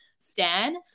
stan